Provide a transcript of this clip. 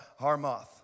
Harmoth